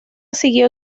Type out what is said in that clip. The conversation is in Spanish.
siguió